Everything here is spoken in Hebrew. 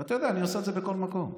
ואתה יודע, אני עושה את זה בכל מקום: